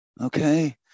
okay